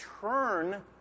turn